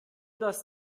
dass